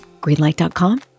Greenlight.com